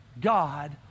God